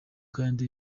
kandi